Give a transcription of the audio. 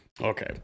Okay